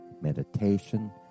meditation